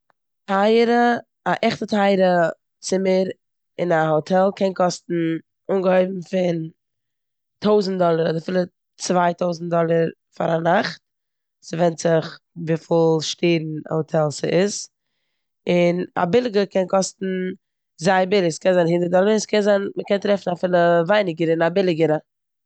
א עכטע טייערע צימער אין א האטעל קען קאסטן אנגעהויבן פון טויזנט דאללער אדער אפילו צוויי טויזנט דאללער פאר א נאכט, ס'ווענדט זיך וויפיל שטערן האטעל ס'איז און א ביליגע קען קאסטן זייער ביליג. ס'קען זיין הונדערט דאללער ס'קען זיין מ'קען טרעפן אפילו ווייניגער אין א ביליגערע.